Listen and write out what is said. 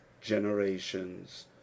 generations